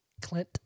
Clint